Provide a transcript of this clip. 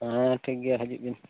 ᱦᱮᱸᱻ ᱴᱷᱤᱠᱜᱮᱭᱟ ᱦᱤᱡᱩᱜᱵᱤᱱ